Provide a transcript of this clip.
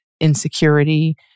insecurity